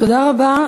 תודה רבה.